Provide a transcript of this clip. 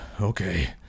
Okay